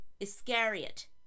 Iscariot